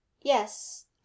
yes